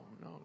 no